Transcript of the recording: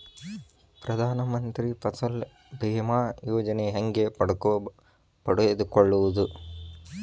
ಪ್ರಧಾನ ಮಂತ್ರಿ ಫಸಲ್ ಭೇಮಾ ಯೋಜನೆ ಹೆಂಗೆ ಪಡೆದುಕೊಳ್ಳುವುದು?